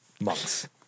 monks